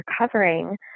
recovering